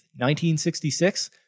1966